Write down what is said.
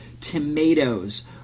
tomatoes